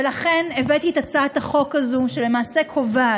ולכן הבאתי את הצעת החוק הזאת, שקובעת